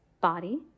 body